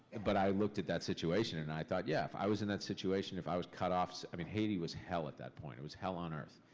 and but i looked at that situation and i thought, yeah, if i was in that situation, if i was cut off. so i mean, haiti was hell at that point. it was hell on earth.